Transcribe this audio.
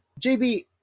JB